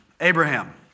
Abraham